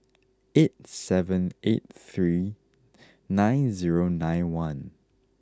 eight seven eight three nine zero nine one